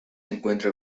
encuentra